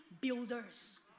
builders